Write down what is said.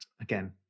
again